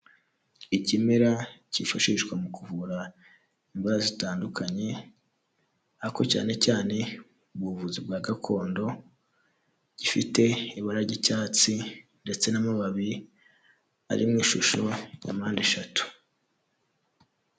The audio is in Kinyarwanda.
Ikimera cyifashishwa mu kuvura indwara zitandukanye ariko cyane cyane ubuvuzi bwa gakondo, gifite ibara ry'icyatsi ndetse n'amababi ari mu ishusho ya mpande eshatu.